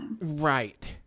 Right